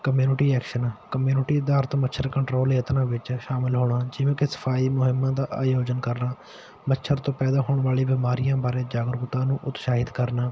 community action community ਅਧਾਰ ਤੋਂ ਮੱਛਰ ਕੰਟਰੋਲ ਯਤਨਾਂ ਵਿੱਚ ਸ਼ਾਮਲ ਹੋਣਾ ਜਿਵੇਂ ਕਿ ਸਫਾਈ ਮੁਹਿੰਮਾਂ ਦਾ ਆਯੋਜਨ ਕਰਨਾ ਮੱਛਰ ਤੋਂ ਪੈਦਾ ਹੋਣ ਵਾਲੀ ਬਿਮਾਰੀਆਂ ਬਾਰੇ ਜਾਗਰੂਕਤਾ ਨੂੰ ਉਤਸ਼ਾਹਿਤ ਕਰਨਾ